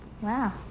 wow